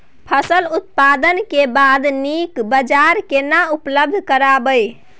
फसल उत्पादन के बाद नीक बाजार केना उपलब्ध कराबै?